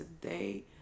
today